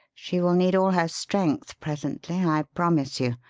she will need all her strength presently, i promise you.